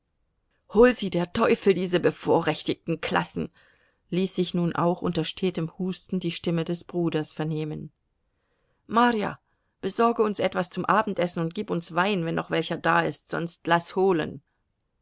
hol sie der teufel diese bevorrechtigten klassen ließ sich nun auch unter stetem husten die stimme des bruders vernehmen marja besorge uns etwas zum abendessen und gib uns wein wenn noch welcher da ist sonst laß holen